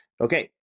Okay